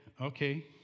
okay